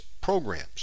programs